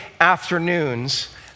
afternoons